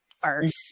first